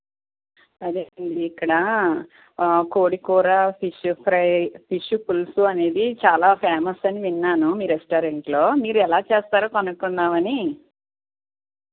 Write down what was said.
అదే అండి ఇక్కడ కోడి కూర ఫిష్ ఫ్రై ఫిష్ పులుసు అనేది చాలా ఫేమస్ అని విన్నాను మీరు రెస్టారెంట్లో మీరు ఎలా చేస్తారో కనుక్కుందామని